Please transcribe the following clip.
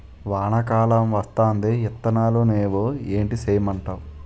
వానా కాలం వత్తాంది ఇత్తనాలు నేవు ఏటి సేయమంటావు